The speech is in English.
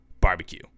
barbecue